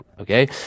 Okay